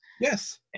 Yes